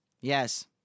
Yes